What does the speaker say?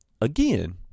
again